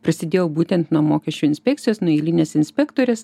prasidėjo būtent nuo mokesčių inspekcijos nuo eilinės inspektorės